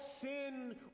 sin